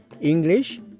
English